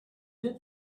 did